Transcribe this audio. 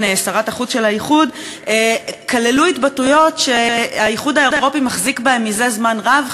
שרת החוץ של האיחוד כללו התבטאויות שהאיחוד האירופי מחזיק בהן מזה זמן רב,